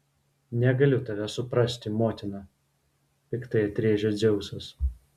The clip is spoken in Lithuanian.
negaliu tavęs suprasti motina piktai atrėžė dzeusas